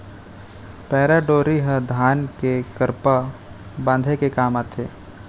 पैरा डोरी ह धान के करपा बांधे के काम आथे